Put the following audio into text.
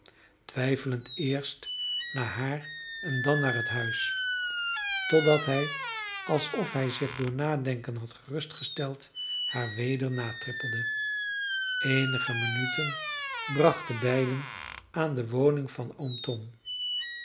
twijfelend eerst naar haar en dan naar het huis totdat hij alsof hij zich door nadenken had gerustgesteld haar weder natrippelde eenige minuten brachten beiden aan de woning van